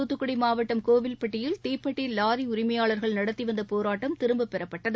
தூத்துக்குடி மாவட்டம் கோவில்பட்டியில் தீப்பெட்டி வாரி உரிமையாளர்கள் நடத்தி வந்த போராட்டம் திரும்ப பெறப்பட்டது